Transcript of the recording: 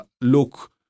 look